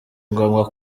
ngombwa